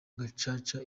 gacaca